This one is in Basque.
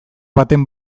baten